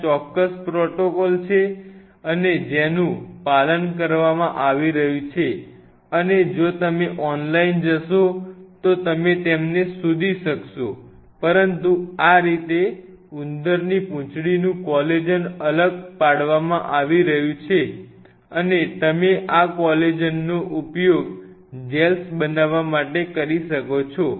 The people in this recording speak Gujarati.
ત્યાં ચોક્કસ પ્રોટોકોલ છે જેનું પાલન કરવામાં આવી રહ્યું છે અને જો તમે ઓનલાઈન જશો તો તમે તેમને શોધી શકશો પરંતુ આ રીતે ઉંદરની પૂંછડીનું કોલેજન અલગ પાડવામાં આવી રહ્યું છે અને તમે આ કોલેજનનો ઉપયોગ જેલ્સ બનાવવા માટે કરી શકો છો